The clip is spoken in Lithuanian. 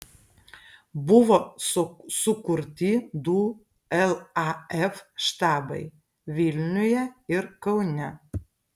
buvo sukurti du laf štabai vilniuje ir kaune